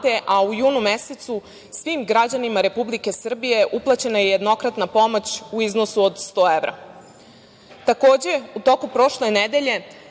a u junu mesecu svim građanima Republike Srbije uplaćena je jednokratna pomoć u iznosu od 100 evra.U